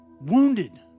wounded